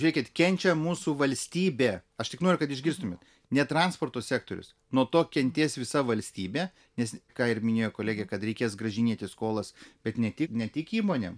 žiūrėkit kenčia mūsų valstybė aš tik noriu kad išgirstumėt ne transporto sektorius nuo to kentės visa valstybė nes ką ir minėjo kolegė kad reikės grąžinėti skolas bet ne tik ne tik įmonėm